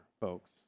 folks